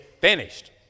finished